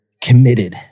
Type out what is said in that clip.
committed